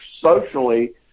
socially